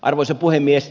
arvoisa puhemies